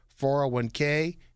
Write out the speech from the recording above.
401K